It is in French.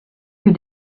que